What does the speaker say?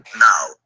now